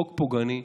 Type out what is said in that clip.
חוק פוגעני,